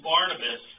Barnabas